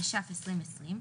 התש"ף-2020,